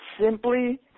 simply